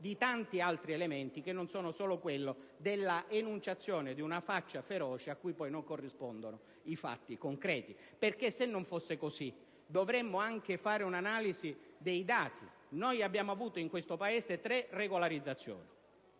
di tanti altri elementi che non sono solo quello dell'esibizione di una faccia feroce a cui poi non corrispondono i fatti concreti. Se non fosse così, dovremmo anche fare un'analisi dei dati. In questo Paese si sono susseguite tre regolarizzazioni: